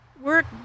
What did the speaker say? work